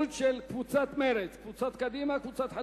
חברי הכנסת,